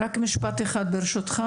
רק משפט אחד, ברשותך.